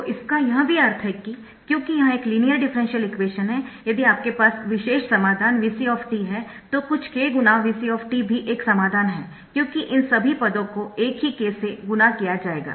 तो इसका यह भी अर्थ है कि क्योंकि यह एक लीनियर डिफरेंशियल इक्वेशन है यदि आपके पास विशेष समाधान Vc है तो कुछ k गुणा Vc भी एक समाधान है क्योंकि इन सभी पदों को एक ही k से गुणा किया जाएगा